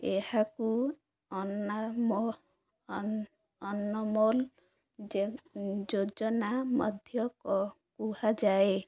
ଏହାକୁ ଅନମୋଲ ଯୋଜନା ମଧ୍ୟ କୁହାଯାଏ